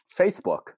Facebook